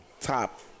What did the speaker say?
top